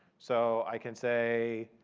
so i can say,